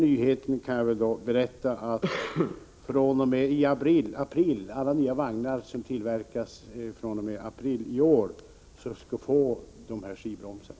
Jag kan berätta den nyheten att alla vagnar som tillverkas fr.o.m. april i år skall förses med skivbromsar.